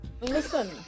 Listen